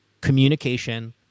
communication